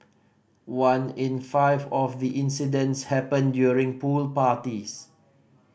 one in five of the incidents happened during pool parties